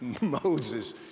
Moses